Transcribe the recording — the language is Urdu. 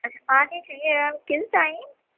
اچھا آج ہی چاہیے آ کس ٹائم